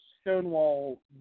Stonewall